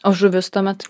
o žuvis tuomet